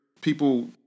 people